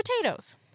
potatoes